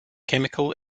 chemical